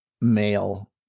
male